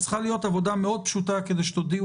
אז צריכה להיות עבודה פשוטה מאוד מבחינתכם כדי שתודיעו